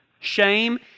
Shame